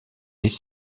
des